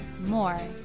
more